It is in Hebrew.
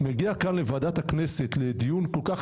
מגיע כאן לוועדת הכנסת לדיון כל כך